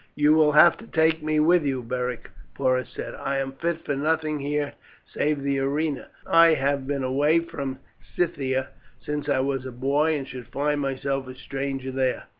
you will have to take me with you, beric, porus said. i am fit for nothing here save the arena. i have been away from scythia since i was a boy, and should find myself a stranger there.